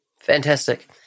fantastic